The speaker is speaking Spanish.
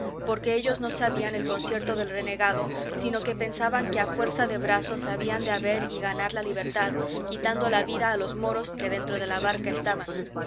porque ellos no sabían el concierto del renegado sino que pensaban que a fuerza de brazos habían de haber y ganar la libertad quitando la vida a los moros que dentro de la barca estaban